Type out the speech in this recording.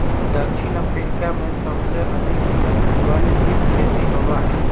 दक्षिण अफ्रीका में सबसे अधिक वन्यजीव खेती होबा हई